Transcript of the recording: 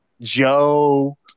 Joe